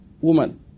woman